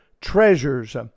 treasures